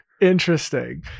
Interesting